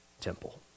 temple